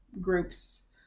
groups